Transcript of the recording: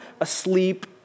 asleep